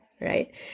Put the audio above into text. Right